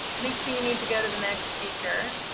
i think we need to go to the next speaker.